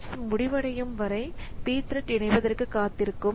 threads முடிவடையும் வரை pthread இணைவதற்கு காத்திருக்கும்